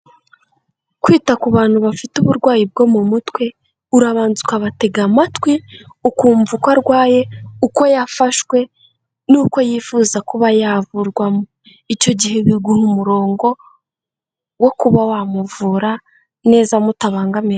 Kwita ku bantu bafite uburwayi bwo mu mutwe, urabanza ukabatega amatwi ukumva uko arwaye uko yafashwe n'uko yifuza kuba yavurwamo, icyo gihe biguha umurongo, wo kuba wamuvura neza mutabangamiranye.